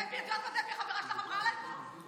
את יודעת מה דבי, החברה שלך, אמרה עליי פה?